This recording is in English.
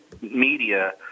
media